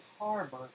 harbor